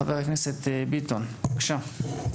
חבר הכנסת ביטון, בבקשה.